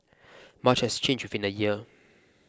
much has changed within a year